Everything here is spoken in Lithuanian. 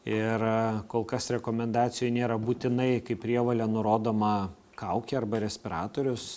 ir kol kas rekomendacijų nėra būtinai kaip prievolė nurodoma kaukė arba respiratorius